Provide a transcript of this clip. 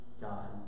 God